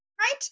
Right